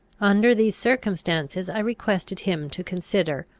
under these circumstances, i requested him to consider,